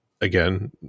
again